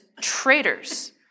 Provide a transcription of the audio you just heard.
traitors